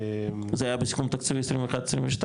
זה היה בסיכום תקציבי 21-22,